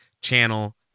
channel